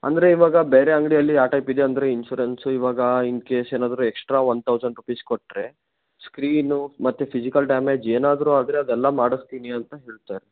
ಅಂದರೆ ಇವಾಗ ಬೇರೆ ಅಂಗಡಿಯಲ್ಲಿ ಆ ಟೈಪ್ ಇದೆ ಅಂದರೆ ಇನ್ಶೂರೆನ್ಸ್ ಇವಾಗ ಇನ್ಕೇಸ್ ಏನಾದರೂ ಎಕ್ಸ್ಟ್ರಾ ಒನ್ ತೌಸಂಡ್ ರೂಪೀಸ್ ಕೊಟ್ಟರೆ ಸ್ಕ್ರೀನು ಮತ್ತೆ ಫಿಸಿಕಲ್ ಡ್ಯಾಮೇಜ್ ಏನಾದರೂ ಆದರೆ ಅದೆಲ್ಲ ಮಾಡಿಸ್ತೀನಿ ಅಂತ ಹೇಳುತ್ತಾ